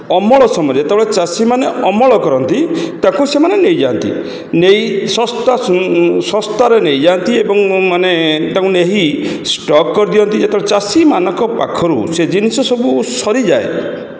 ଅମଳ ସମୟରେ ଯେତେବେଳେ ଅମଳ ଚାଷୀମାନେ କରନ୍ତି ତାକୁ ସେମାନେ ନେଇଯାଆନ୍ତି ନେଇ ଶସ୍ତା ଶସ୍ତାରେ ନେଇଯାନ୍ତି ଏବଂ ମାନେ ତାକୁ ନେଇ ଷ୍ଟକ୍ କରିଦିଅନ୍ତି ଯେତେବେଳେ ଚାଷୀମାନଙ୍କ ପାଖରୁ ଜିନିଷ ସବୁ ସାରିଯାଏ